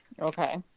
Okay